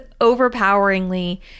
overpoweringly